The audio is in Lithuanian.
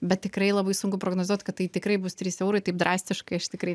bet tikrai labai sunku prognozuot kad tai tikrai bus trys eurai taip drastiškai aš tikrai